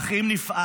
אך אם נפעל,